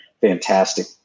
fantastic